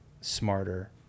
smarter